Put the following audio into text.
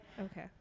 Okay